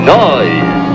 noise